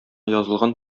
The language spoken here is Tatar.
язылган